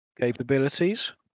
capabilities